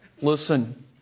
Listen